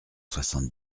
soixante